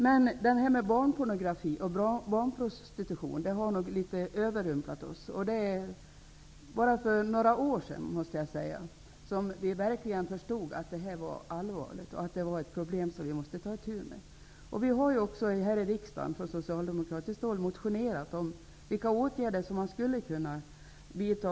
Men problemet med barnpornografi och barnprostitution har nog litet grand överrumplat oss. Det var bara för några år sedan som vi verkligen förstod att detta var allvarligt och att det var ett problem som vi måste ta itu med. Vi har ju också här i riksdagen från socialdemokratiskt håll motionerat om vilka åtgärder som man skulle kunna vidta.